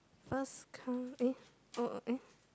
first ca~ eh uh uh eh